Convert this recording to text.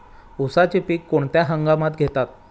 उसाचे पीक कोणत्या हंगामात घेतात?